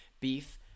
Beef